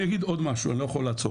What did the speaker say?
אני אגיד עוד משהו, אני לא יכול לעצור,